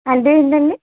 అంటే ఏంటండి